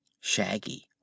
Shaggy